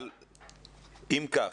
אבל אם כך,